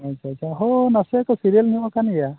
ᱟᱪᱪᱷᱟ ᱟᱪᱪᱷᱟ ᱦᱳᱭ ᱱᱟᱥᱮ ᱠᱚ ᱥᱤᱵᱤᱞ ᱧᱚᱜ ᱠᱟᱱ ᱜᱮᱭᱟ